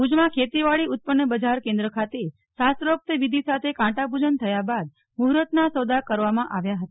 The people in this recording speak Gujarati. ભુજમાં ખેતીવાડી ઉત્પન્ન બજાર કેન્દ્ર ખાતે શાસ્ત્રોક્ત વિધિ સાથે કાંટા પૂજન થયા બાદ મુર્ફતના સોદા કરવામાં આવ્યા હતા